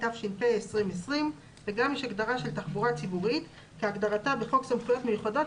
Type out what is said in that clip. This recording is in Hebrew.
התש"ף 2020‏; "תחבורה ציבורית" כהגדרתה בחוק סמכויות מיוחדות,